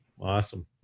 Awesome